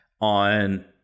on